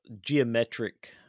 geometric